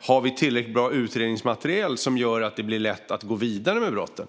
Har vi tillräckligt bra utredningsmaterial som gör att det blir lätt att gå vidare med brotten?